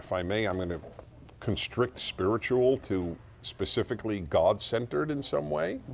i may, i'm going to constrict spiritual to specifically god-centered in some way.